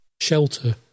shelter